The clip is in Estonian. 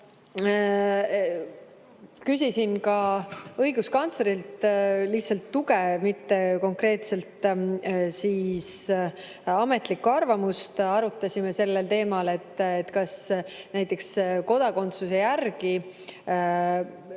kohta] ka õiguskantslerilt lihtsalt tuge, mitte konkreetselt ametlikku arvamust. Arutasime sellel teemal, kas näiteks kodakondsuse järgi spordi-,